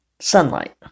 sunlight